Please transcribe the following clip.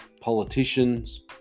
politicians